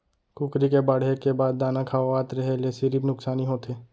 कुकरी के बाड़हे के बाद दाना खवावत रेहे ल सिरिफ नुकसानी होथे